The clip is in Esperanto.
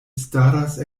staras